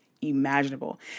imaginable